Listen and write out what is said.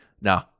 nah